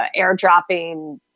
airdropping